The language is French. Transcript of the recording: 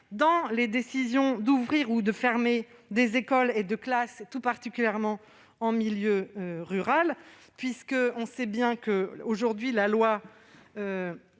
dans les décisions d'ouvrir ou de fermer des écoles ou des classes, tout particulièrement en milieu rural. Aujourd'hui, la loi